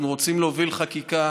אנחנו רוצים להוביל חקיקה